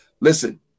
Listen